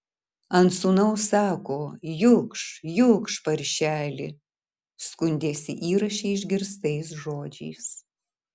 ant sūnaus sako jukš jukš paršeli skundėsi įraše išgirstais žodžiais